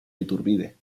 iturbide